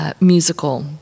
musical